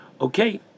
Okay